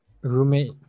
roommate